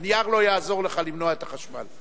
הנייר לא יעזור לך למנוע את החשמל.